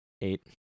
Eight